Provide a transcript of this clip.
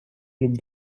lub